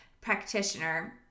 practitioner